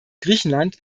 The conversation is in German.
griechenland